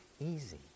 easy